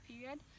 period